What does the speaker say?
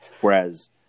whereas